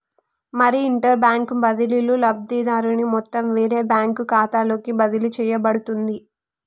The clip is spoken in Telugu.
మరి ఇంటర్ బ్యాంక్ బదిలీలో లబ్ధిదారుని మొత్తం వేరే బ్యాంకు ఖాతాలోకి బదిలీ చేయబడుతుంది